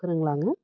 फोरोंलाङो